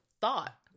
thought